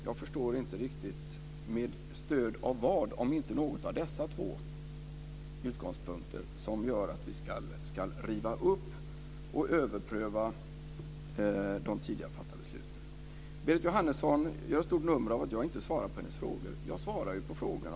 Jag förstår inte riktigt med stöd av vad, om inte någon av dessa två utgångspunkter, som vi skulle riva upp och överpröva de tidigare fattade besluten. Berit Jóhannesson gör ett stort nummer av att jag inte svarar på hennes frågor. Jag svarar ju på frågorna.